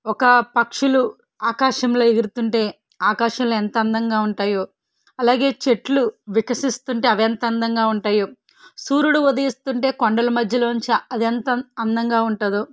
ఒక పక్షులు ఆకాశంలో ఎగురుతుంటే ఆకాశంలో ఏంత అందంగా ఉంటాయో అలాగే చెట్లు వికసిస్తుంటే అవి ఎంతందంగా ఉంటాయో సూర్యుడు ఉదయిస్తుంటే కొండల మధ్యలోంచి అది ఎంత అం అందంగా ఉంటుందో